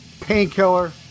Painkiller